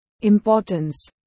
importance